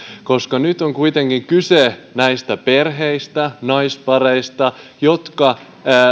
nyt on kuitenkin kyse näistä perheistä naispareista jotka